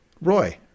Roy